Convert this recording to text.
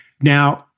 Now